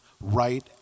right